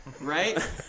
Right